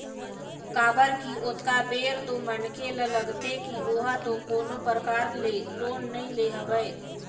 काबर की ओतका बेर तो मनखे ल लगथे की ओहा तो कोनो परकार ले लोन नइ ले हवय